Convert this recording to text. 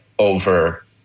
over